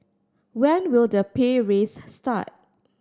when will the pay raise start